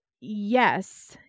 yes